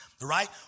Right